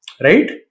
Right